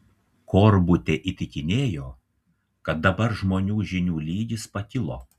korbutė įtikinėjo kad dabar žmonių žinių lygis pakilo